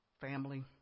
family